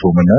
Somanna